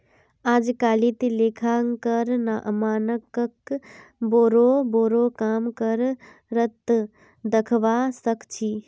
अजकालित लेखांकन मानकक बोरो बोरो काम कर त दखवा सख छि